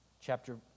chapter